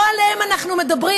לא עליהם אנחנו מדברים.